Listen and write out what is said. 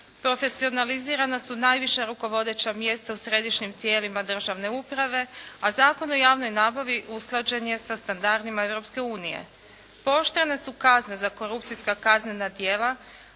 Profesionalizirana su najviša rukovodeća mjesta u središnjim tijelima državne uprave a Zakon o javnoj nabavi usklađen je sa standardima Europske unije. Pooštrene su kazne za korupcijska kaznena djela